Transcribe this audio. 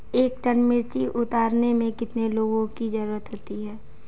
एक टन मिर्ची उतारने में कितने लोगों की ज़रुरत होती है?